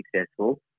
successful